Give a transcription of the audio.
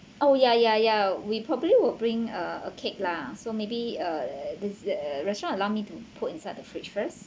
oh ya ya ya we probably would bring a a cake lah so maybe uh is the restaurant allow me to put inside the fridge first